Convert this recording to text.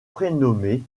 prénommé